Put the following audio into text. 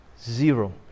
Zero